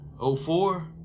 04